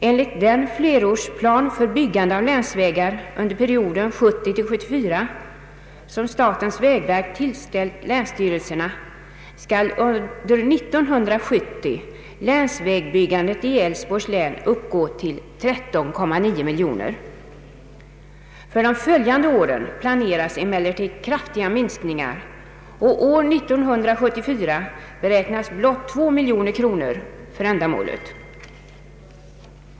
Enligt den flerårsplan för byggande av länsvägar under perioden 1970—1974 som statens vägverk har tillställt länsstyrelserna skall under 1970 länsvägbyggandet i Älvsborgs län uppgå till 13,9 miljoner kronor. För de följande åren planeras emellertid kraftiga minskningar, och år 1974 beräknas blott 2 miljoner kronor för detta ändamål.